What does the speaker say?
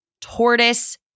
Tortoise